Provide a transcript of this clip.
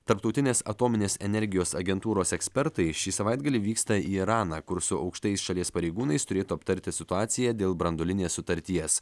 tarptautinės atominės energijos agentūros ekspertai šį savaitgalį vyksta į iraną kur su aukštais šalies pareigūnais turėtų aptarti situaciją dėl branduolinės sutarties